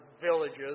villages